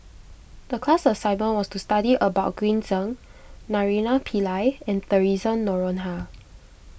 the class assignment was to study about Green Zeng Naraina Pillai and theresa Noronha